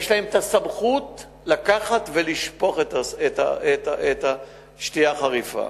יש להם סמכות לקחת ולשפוך את השתייה החריפה,